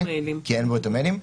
שאין בו את המיילים.